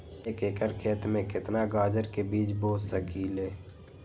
एक एकर खेत में केतना गाजर के बीज बो सकीं ले?